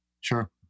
Sure